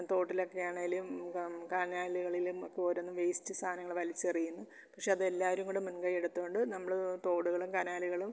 തോട്ടിലൊക്കെയാണെങ്കിലും കനാലുകളിലും ഒക്കെ ഓരോന്നു വേസ്റ്റ് സാധനങ്ങൾ വലിച്ചെറിയുന്നു പക്ഷേ അത് എല്ലാവരും കൂടി മുൻകൈയെടുത്തു കൊണ്ട് നമ്മൾ തോടുകളും കനാലുകളും